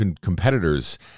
competitors